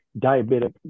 diabetic